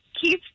Keith